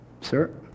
sir